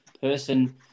person